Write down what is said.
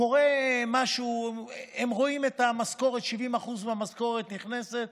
קורה משהו, הם רואים 70% מהמשכורת נכנסת,